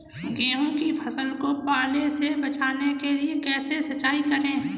गेहूँ की फसल को पाले से बचाने के लिए कैसे सिंचाई करें?